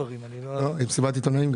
זה מצב רוח טוב.